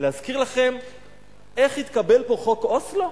להזכיר לכם איך התקבל פה חוק אוסלו?